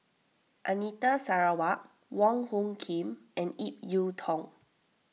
Anita Sarawak Wong Hung Khim and Ip Yiu Tung